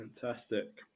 Fantastic